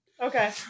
okay